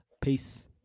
Peace